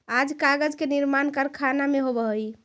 आज कागज के निर्माण कारखाना में होवऽ हई